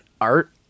art